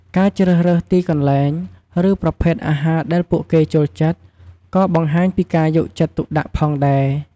ការជ្រើសរើសទីកន្លែង ឬប្រភេទអាហារដែលពួកគេចូលចិត្ត ក៏បង្ហាញពីការយកចិត្តទុកដាក់ផងដែរ។